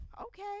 okay